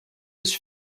his